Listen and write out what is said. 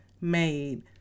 made